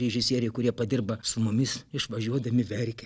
režisieriai kurie padirba su mumis išvažiuodami verkia